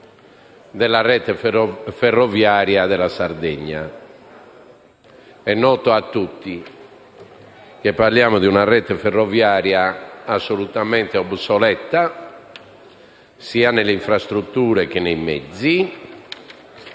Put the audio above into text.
della rete ferroviaria della Sardegna. È noto a tutti che parliamo di una rete ferroviaria assolutamente obsoleta sia nelle infrastrutture che nei mezzi,